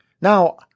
Now